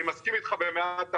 אני מסכים אתך במאת האחוזים.